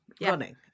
running